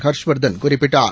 ஹர்ஷ்வர்தன் குறிப்பிட்டார்